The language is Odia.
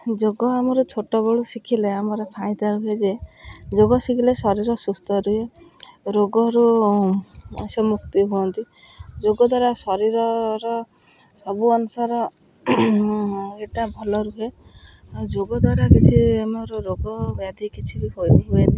ଯୋଗ ଆମର ଛୋଟବେଳୁ ଶିଖିଲେ ଆମର ଫାଇଦା ରୁହେ ଯେ ଯୋଗ ଶିଖିଲେ ଶରୀର ସୁସ୍ଥ ରୁହେ ରୋଗରୁ ସେ ମୁକ୍ତି ହୁଅନ୍ତି ଯୋଗ ଦ୍ୱାରା ଶରୀରର ସବୁ ଅଂଶର ଏଟା ଭଲ ରୁହେ ଆଉ ଯୋଗ ଦ୍ୱାରା କିଛି ଆମର ରୋଗ ବ୍ୟାଧି କିଛି ବି ହୁଏନି